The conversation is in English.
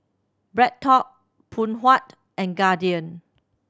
BreadTalk Phoon Huat and Guardian